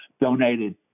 donated